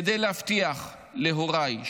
כדי להבטיח להוריי,